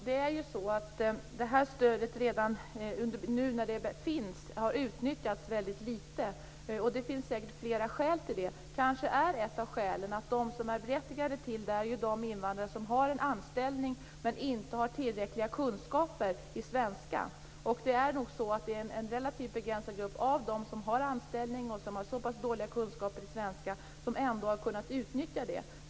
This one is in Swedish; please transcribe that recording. Herr talman! Det här stödet har utnyttjats väldigt litet under den tid det har funnits. Det finns säkert fler skäl till det. Kanske är ett av skälen att de som är berättigade till det, är de invandrare som har en anställning men inte har tillräckliga kunskaper i svenska. Det är nog så att det är en relativt begränsad grupp av dem som har anställning och som har så pass dåliga kunskaper i svenska som ändå har kunna utnyttja det.